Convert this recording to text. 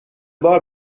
بار